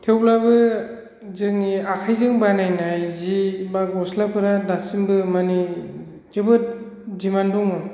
थेवब्लाबो जोंनि आखाइजों बानायनाय सि एबा गस्लाफोरा दासिमबो माने जोबोद डिमाण्ड दङ